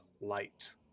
light